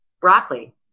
broccoli